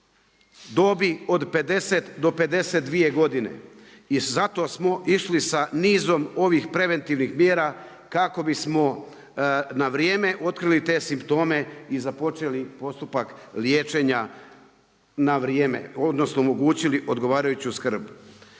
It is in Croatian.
dobi od 50 do 52 godine i zato smo išli sa nizom ovih preventivnih mjera kako bismo na vrijeme otkrili te simptome i započeli postupak liječenja na vrijeme odnosno omogućili odgovarajuću skrb.